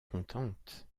contente